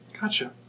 Gotcha